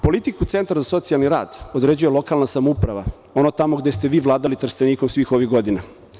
Politiku centra za socijalni rad određuje lokalna samouprava, ona tamo gde ste vi vladali Trstenikom svih ovih godina.